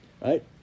right